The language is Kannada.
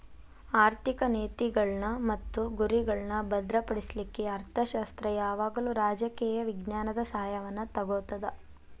ಆರ್ಥಿಕ ನೇತಿಗಳ್ನ್ ಮತ್ತು ಗುರಿಗಳ್ನಾ ಭದ್ರಪಡಿಸ್ಲಿಕ್ಕೆ ಅರ್ಥಶಾಸ್ತ್ರ ಯಾವಾಗಲೂ ರಾಜಕೇಯ ವಿಜ್ಞಾನದ ಸಹಾಯವನ್ನು ತಗೊತದ